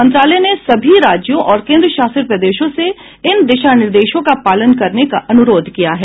मंत्रालय ने सभी राज्यों और केन्द्र शासित प्रदेशों से इन दिशा निर्देशों का पालन करने का अनुरोध किया है